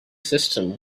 system